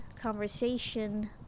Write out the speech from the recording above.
conversation